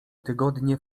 tygodnie